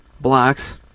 blocks